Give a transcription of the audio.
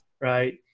right